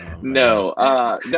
No